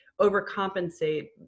overcompensate